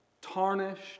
Tarnished